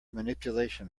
manipulation